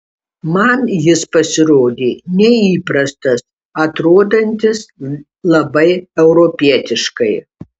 man jis pasirodė neįprastas atrodantis labai europietiškai